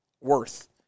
Worth